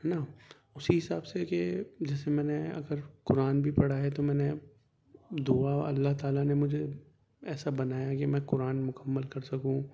ہے نا اسی حساب سے کہ جیسے میں نے اگر قرآن بھی پڑھا ہے تو میں نے دعا اللہ تعالیٰ نے مجھے ایسا بنایا ہے کہ میں قرآن مکمل کر سکوں